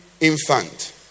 infant